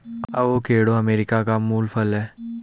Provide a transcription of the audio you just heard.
avocado America का मूल फल है